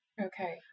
Okay